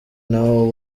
n’abo